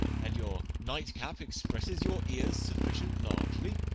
and your night-cap expresses your ears sufficient largely.